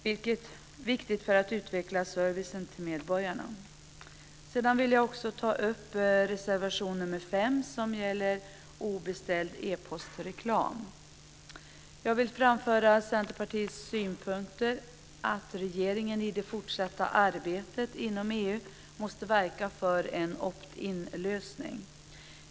Detta är viktigt för utvecklande av servicen till medborgarna. Jag vill också ta upp reservation nr 5 om obeställd e-postreklam. Jag vill framföra Centerpartiets synpunkt att regeringen i det fortsatta arbetet inom EU måste verka för en opt in-lösning.